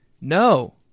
No